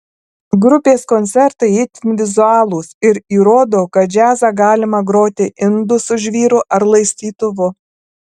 grupės koncertai itin vizualūs ir įrodo kad džiazą galima groti indu su žvyru ar laistytuvu